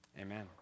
Amen